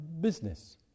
business